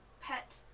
pet